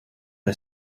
est